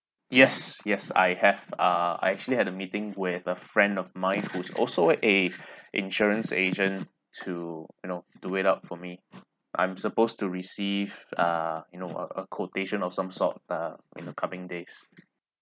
yes yes I have uh I actually had a meeting with a friend of mine who is also a insurance agent to you know do it up for me I'm supposed to receive uh you know a a quotation of some sort uh in the coming days